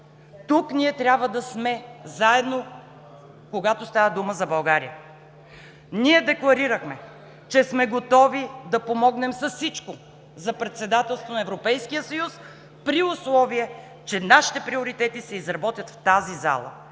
Тук ние трябва да сме заедно, когато става дума за България. Ние декларирахме, че сме готови да помогнем с всичко за председателството на Европейския съюз, при условие че нашите приоритети се изработят в тази зала